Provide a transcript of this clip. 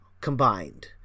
combined